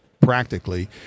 practically